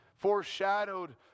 foreshadowed